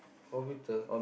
computer